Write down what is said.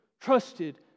Trusted